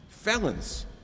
Felons